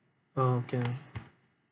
okay